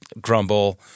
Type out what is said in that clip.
grumble